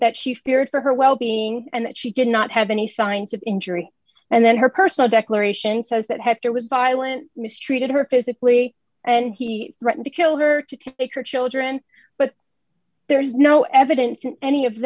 that she feared for her well being and that she did not have any signs of injury and then her personal declaration says that hector was violent mistreated her physically and he threatened to kill her to take her children but there is no evidence in any of